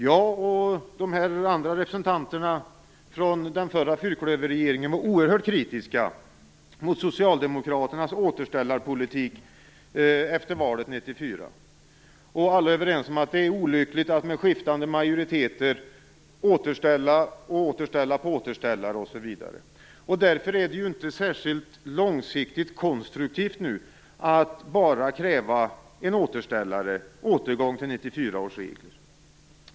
Jag och de andra representanterna från den f.d. fyrklöverregeringen, var oerhört kritiska mot Socialdemokraternas återställarpolitik efter valet 1994. Vi är alla överens om att det är olyckligt att med skiftande majoriteter återställa, återställa återställare osv. Därför är det inte särskilt långsiktigt konstruktivt att nu bara kräva en återställare, en återgång till 1994 års regel.